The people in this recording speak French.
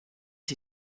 s’y